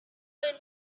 learn